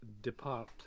depart